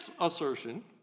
assertion